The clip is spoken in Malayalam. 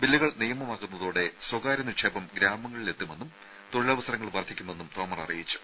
ബില്ലുകൾ നിയമമാകുന്നതോടെ സ്വകാര്യ നിക്ഷേപം ഗ്രാമങ്ങളിൽ എത്തുമെന്നും തൊഴിലവസരങ്ങൾ വർദ്ധിക്കുമെന്നും തോമർ അറിയിച്ചു